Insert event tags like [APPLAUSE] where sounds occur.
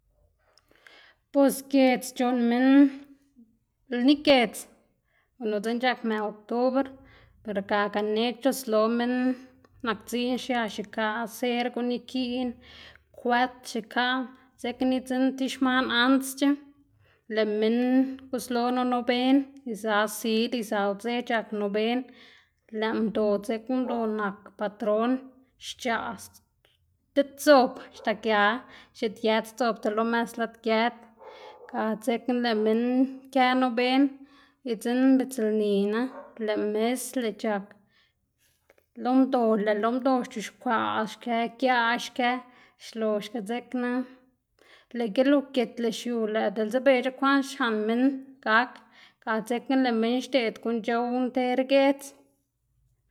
[NOISE] bos giedz c̲h̲uꞌnn minn lni giedz gunu dzekna c̲h̲ak mëꞌ oktubr per ga ganeꞌc̲h̲ c̲h̲uslo minn nak dziꞌn xia x̱ikaꞌ ser guꞌn ikiꞌn, kwët x̱iꞌkaꞌ dzekna idzinn tib xman antsc̲h̲e lëꞌ minn guslo lo noben iza sil, iza udze c̲h̲ak noben lëꞌ mdo dzekna, mdo nak patron xc̲h̲aꞌ diꞌt zob xta gia x̱iꞌdyët sdzob tib lo mës lad giët [NOISE] ga dzekna lëꞌ minn kë noben idzinn mbidz lnina [NOISE] lëꞌ mis lëꞌ c̲h̲ak lo mdo lëꞌ lo mdo c̲h̲uxkwaꞌ xkë giaꞌ xkë xloxga dzekna lëꞌ gilugit lëꞌ xiu lëꞌ diꞌltse bec̲h̲e kwaꞌn xlaꞌn minn gak. Ga dzekna lëꞌ minn xdeꞌd guꞌn c̲h̲ow nter giedz.